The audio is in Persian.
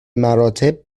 مراتب